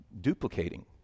duplicating